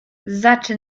zaczy